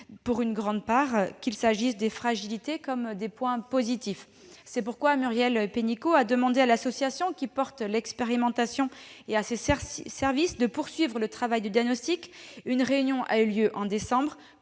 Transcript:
pour une grande part, qu'il s'agisse des fragilités comme des points positifs. C'est pourquoi Muriel Pénicaud a demandé à l'association qui porte l'expérimentation et à ses services de poursuivre le travail de diagnostic- une réunion a eu lieu en décembre